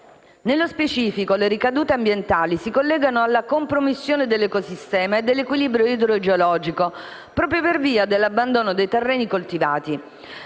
Nello specifico, le ricadute ambientali si collegano alla compromissione dell'ecosistema e dell'equilibrio idrogeologico, proprio per via dell'abbandono dei terreni coltivati.